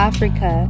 Africa